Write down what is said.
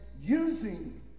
Using